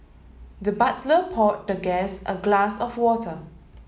the butler poured the guest a glass of water